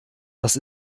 das